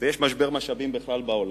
ויש משבר משאבים בכלל בעולם,